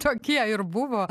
tokie ir buvo